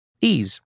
Ease